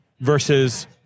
Versus